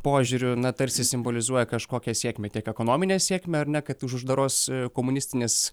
požiūriu na tarsi simbolizuoja kažkokią sėkmę tiek ekonominę sėkmę ar ne kad už uždaros komunistinės